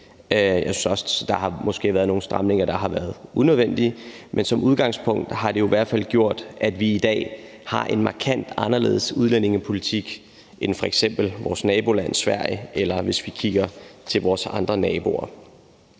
Jeg synes måske også, der har været nogle stramninger, der har været unødvendige, men som udgangspunkt har det jo i hvert fald gjort, at vi i dag har en markant anderledes udlændingepolitik end f.eks. vores naboland Sverige eller andre af vores nabolande.